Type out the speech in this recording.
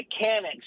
mechanics